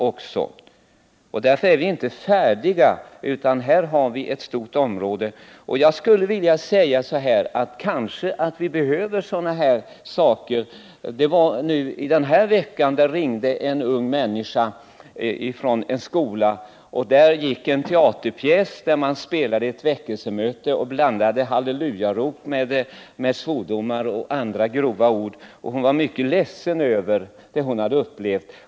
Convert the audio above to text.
I detta avseende är vi inte färdiga utan har ett stort område att täcka. Kanske behöver vi mera av denna möjlighet. Under den senaste veckan ringde en ung människa från en skola, där det gått en teaterpjäs med scener från ett väckelsemöte, med en blandning av hallelujarop och svordomar och andra grova ord. Hon var mycket ledsen över det som hon hade upplevt.